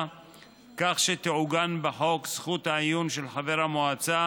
כך שתעוגן בחוק זכות העיון של חבר המועצה